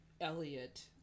elliot